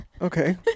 Okay